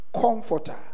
comforter